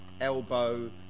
elbow